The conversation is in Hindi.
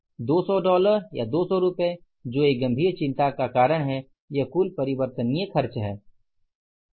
200 डॉलर या 200 रुपये जो एक गंभीर चिंता का कारण है यह कुल परिवर्तनीय खर्च है